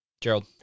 Gerald